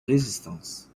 résistance